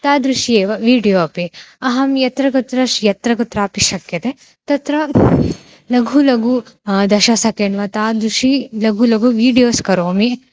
तादृशम् एव वीडियो अपि अहं यत्र कुत्र श् यत्र कुत्रापि शक्यते तत्र लघु लघु दश सकेण्ड् वा तादृशं लघु लघु वीडियोस् करोमि